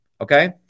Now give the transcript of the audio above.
okay